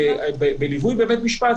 בליווי בבית משפט,